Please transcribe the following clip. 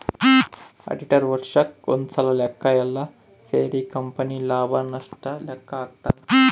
auditor ವರ್ಷಕ್ ಒಂದ್ಸಲ ಲೆಕ್ಕ ಯೆಲ್ಲ ಸೇರಿ ಕಂಪನಿ ಲಾಭ ನಷ್ಟ ಲೆಕ್ಕ ಹಾಕ್ತಾನ